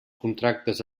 contractes